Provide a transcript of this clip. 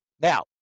Now